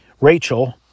Rachel